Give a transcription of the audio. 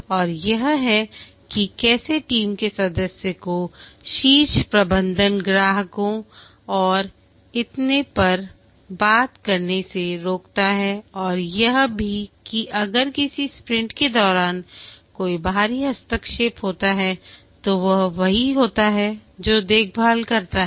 और यह है कि कैसे टीम के सदस्य को शीर्ष प्रबंधन ग्राहकों और इतने पर बात करने से रोकता है और यह भी कि अगर किसी स्प्रिंट के दौरान कोई बाहरी हस्तक्षेप होता है तो वह वही होता है जो देखभाल करता है